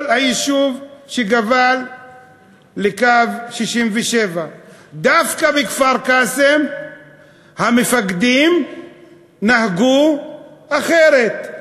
כל היישוב שגבל בקו 1967. דווקא בכפר-קאסם המפקדים נהגו אחרת.